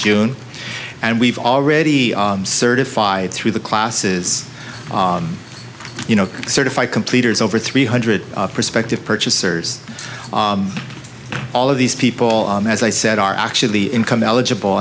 june and we've already certified through the classes you know certified completed over three hundred prospective purchasers all of these people as i said are actually income eligible